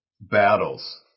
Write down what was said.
battles